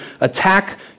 attack